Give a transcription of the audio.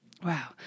Wow